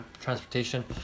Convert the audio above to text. transportation